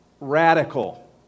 radical